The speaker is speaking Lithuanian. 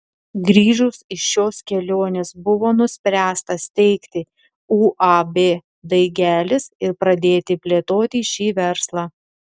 grįžus iš šios kelionės buvo nuspręsta steigti uab daigelis ir pradėti plėtoti šį verslą